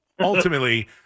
ultimately